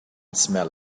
smell